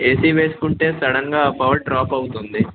AC వేసుకుంటే సడన్గా power drop అవుతుంది